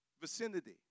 vicinity